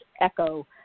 echo